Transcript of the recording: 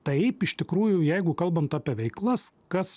taip iš tikrųjų jeigu kalbant apie veiklas kas